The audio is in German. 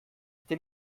hätte